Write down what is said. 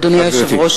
אדוני היושב-ראש,